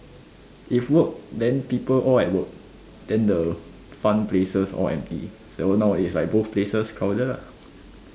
if work then people all at work then the fun places all empty so now is like both places crowded lah